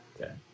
Okay